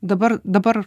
dabar dabar